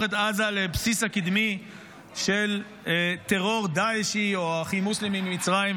את עזה לבסיס הקדמי של טרור דאע"שי או האחים המוסלמים ממצרים,